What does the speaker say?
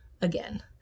again